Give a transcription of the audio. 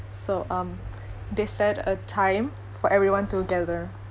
so um they set a time for everyone to gather